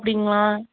அப்படிங்களா